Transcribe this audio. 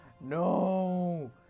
No